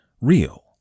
real